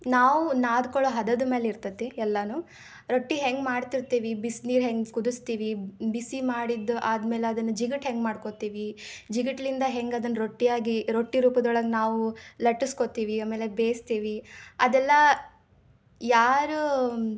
ನಾವು ನಾದ್ಕೊಳ್ಳೊ ಹದದ ಮೇಲೆ ಇರ್ತತಿ ಎಲ್ಲವೂ ರೊಟ್ಟಿ ಹೆಂಗೆ ಮಾಡ್ತಿರ್ತೀವಿ ಬಿಸ್ನೀರು ಹೆಂಗೆ ಕುದಿಸ್ತೀವಿ ಬಿಸಿ ಮಾಡಿದ್ದು ಆದಮೇಲೆ ಅದನ್ನು ಜಿಗುಟು ಹೆಂಗೆ ಮಾಡ್ಕೊತೀವಿ ಜಿಗುಟಿಂದ ಹೆಂಗೆ ಅದನ್ನು ರೊಟ್ಟಿ ಆಗಿ ರೊಟ್ಟಿ ರೂಪದೊಳಗೆ ನಾವು ಲಟ್ಟಿಸ್ಕೊತೀವಿ ಆಮೇಲೆ ಬೇಯಿಸ್ತೀವಿ ಅದೆಲ್ಲ ಯಾರು